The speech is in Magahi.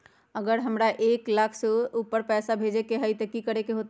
अगर हमरा एक लाख से ऊपर पैसा भेजे के होतई त की करेके होतय?